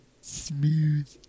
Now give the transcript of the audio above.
Smooth